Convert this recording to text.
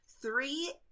Three